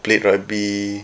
played rugby